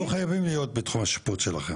חייבים להיות בתחום השיפוט שלכם.